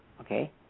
okay